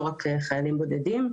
לא רק חיילים בודדים.